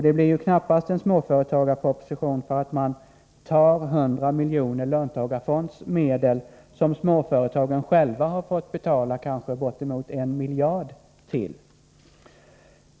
Det blir knappast en småföretagarproposition för att man tar 100 milj.kr. av löntagarfondsmedlen, som småföretagen själva har fått betala kanske bortemot 1 miljard till.